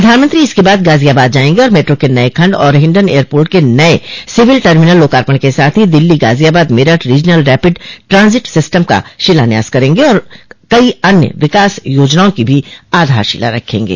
प्रधानमंत्री इसके बाद गाजियाबाद जायेंगे और मेट्रो के नये खंड और हिंडन एयरपोर्ट के नये सिविल टर्मिनल लोकार्पण के साथ ही Delhi Ghaziabad Meerut regional rapid transit system का शिलान्यास करेंगे और कई अन्य विकास योजनाओं की भी आधारशिला रखेंगे